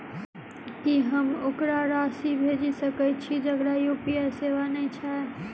की हम ओकरा राशि भेजि सकै छी जकरा यु.पी.आई सेवा नै छै?